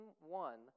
one